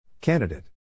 Candidate